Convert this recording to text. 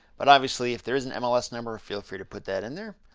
but obviously if there is an mls number, feel free to put that in there.